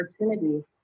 opportunity